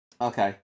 okay